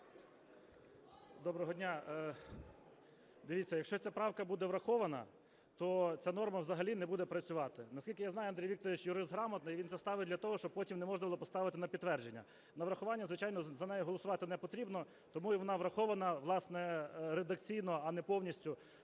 Доброго дня! Дивіться, якщо ця правка буде врахована, то ця норма взагалі не буде працювати. Наскільки я знаю, Андрій Вікторович юрист грамотний, він це ставить для того, щоб потім не можна було поставити на підтвердження. На врахування, звичайно, за неї голосувати не потрібно, тому вона врахована, власне, редакційно, а не повністю.